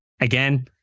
Again